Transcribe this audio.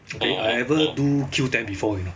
I I ever do Q ten before you know